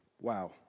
Wow